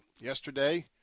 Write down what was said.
yesterday